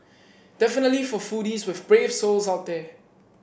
definitely for foodies with brave souls out there